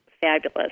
fabulous